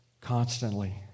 constantly